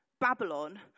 Babylon